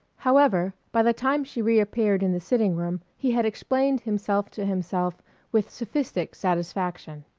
however, by the time she reappeared in the sitting-room he had explained himself to himself with sophistic satisfaction.